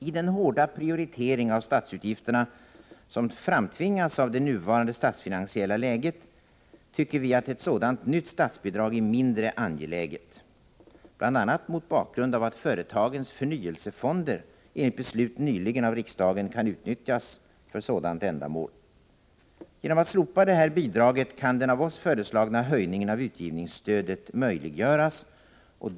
I den hårda prioritering av statsutgifterna som framtvingas av det nuvarande statsfinansiella läget, tycker vi att ett sådant nytt statsbidrag är mindre angeläget, bl.a. mot bakgrund av att företagens förnyelsefonder, enligt beslut nyligen av riksdagen, kan utnyttjas för sådant ändamål. Genom att man slopar detta bidrag, kan den av oss föreslagna höjningen av utgivnings stödet möjliggöras.